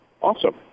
awesome